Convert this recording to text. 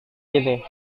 ini